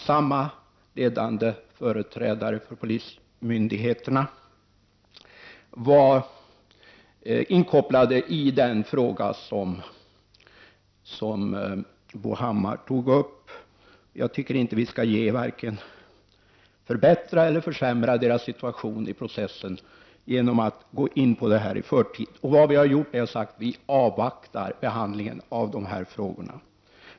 Samma ledande företrädare för polismyndigheterna var inkopplade i den fråga som Bo Hammar tog upp. Jag tycker inte att vi skall vare sig förbättra eller försämra deras situation i processen genom att gå in på detta i förtid. Det vi har gjort är att säga att vi avvaktar behandlingen av de här frågorna.